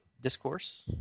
Discourse